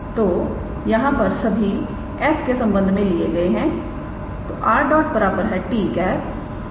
तो यहां पर सभी s के संबंध में लिए गए हैं